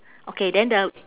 okay then the